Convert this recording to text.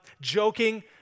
Joking